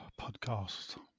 podcast